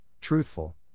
truthful